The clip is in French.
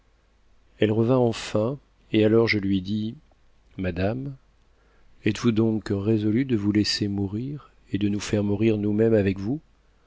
elle revint enfin et alors je lui dis madame êtesvous donc résolue de vous laisser mourir et de nous faire mourir nousmêmes avec vous